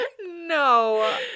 No